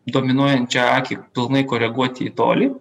dominuojančią akį pilnai koreguoti į tolį